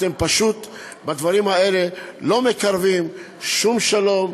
אתם פשוט בדברים האלה לא מקרבים שום שלום,